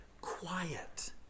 quiet